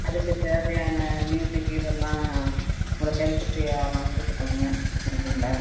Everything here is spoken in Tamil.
அதுக்குத் தேவையான மியூசிக் இதெல்லாம் உங்களுக்கு ஹெல்ப்புக்கு யாருனாலும் கூட்டு போங்க ஃப்ரெண்ட்ஸுங்களை